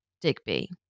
Digby